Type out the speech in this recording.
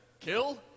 kill